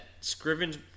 Scriven's –